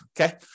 okay